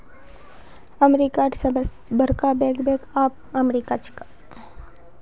अमेरिकार सबस बरका बैंक बैंक ऑफ अमेरिका छिके